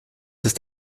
ist